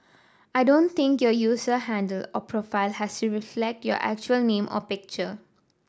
I don't think your user handle or profile has to reflect your actual name or picture